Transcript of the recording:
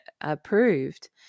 approved